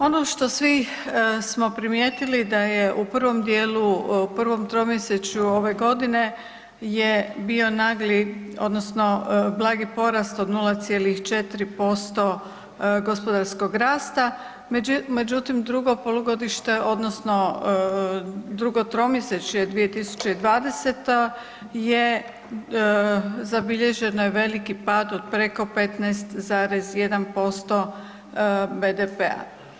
Ono što smo svi primijetili da je u prvom dijelu u prvom tromjesečju ove godine je bio blagi porast od 0,4% gospodarskog rasta, međutim drugo polugodište odnosno drugo tromjesečje 2020. je zabilježen je veliki pad od preko 15,1% BDP-a.